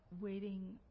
waiting